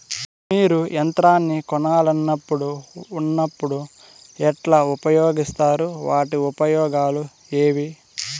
మీరు యంత్రాన్ని కొనాలన్నప్పుడు ఉన్నప్పుడు ఎట్లా ఉపయోగిస్తారు వాటి ఉపయోగాలు ఏవి?